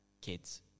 kids